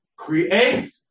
create